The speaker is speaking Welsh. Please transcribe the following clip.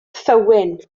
thywyn